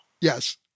Yes